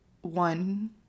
one